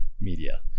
media